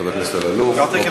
חבר הכנסת אלאלוף?